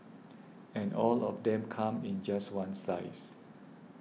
and all of them come in just one size